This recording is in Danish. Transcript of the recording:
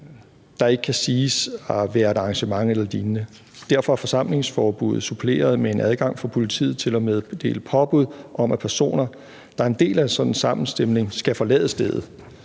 der ikke kan siges at være et arrangement eller lignende. Derfor er forsamlingsforbuddet suppleret med en adgang for politiet til at meddele påbud om, at personer, der er en del af en sådan sammenstimlen, skal forlade stedet.